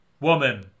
Woman